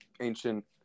ancient